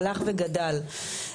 הלך וגדל,